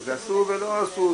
אז עשו ולא עשו,